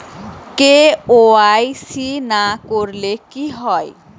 KYC না করলে কি হয়?